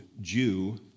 Jew